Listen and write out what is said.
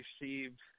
received